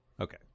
Okay